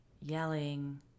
yelling